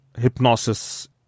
hypnosis